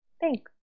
Thanks